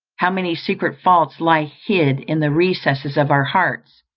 how many secret faults lie hid in the recesses of our hearts,